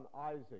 Isaac